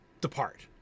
depart